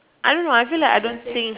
I don't know I feel like I don't sing